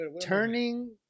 turning